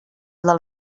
del